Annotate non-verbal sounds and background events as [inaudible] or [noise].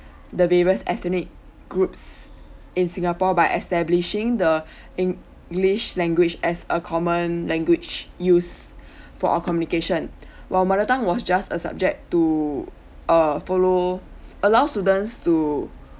the various ethnic groups in singapore by establishing the [breath] english language as a common language used [breath] for our communication [breath] while mother tongue was just a subject to uh follow allow students to